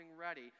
ready